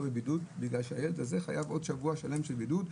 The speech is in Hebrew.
בבידוד כי הילד הזה חייב עוד שבוע שלם של בידוד.